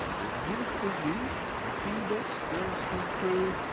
if zeus be zeus and phoebus still speak true.